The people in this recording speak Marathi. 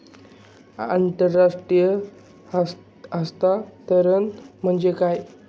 आंतरराष्ट्रीय हस्तांतरण म्हणजे काय?